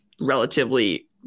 relatively